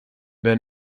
been